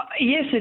yes